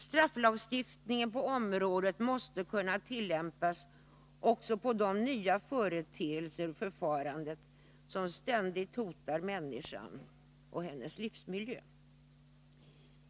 Strafflagstiftningen på området måste kunna tillämpas också på de nya företeelser och förfaranden som ständigt hotar människan och hennes livsmiljö.